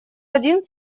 один